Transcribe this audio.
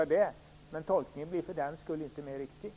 Men tolkningarna blir för den skull inte mer riktiga.